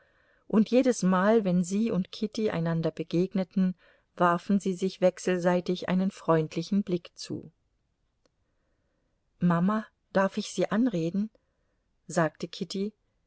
und jedesmal wenn sie und kitty einander begegneten warfen sie sich wechselseitig einen freundlichen blick zu mama darf ich sie anreden sagte kitty